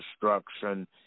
destruction